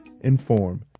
inform